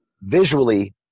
visually